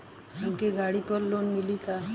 हमके गाड़ी पर लोन मिली का?